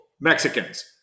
Mexicans